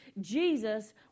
Jesus